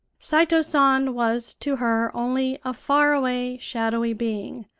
saito san was to her only a far-away, shadowy being,